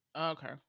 okay